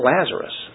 Lazarus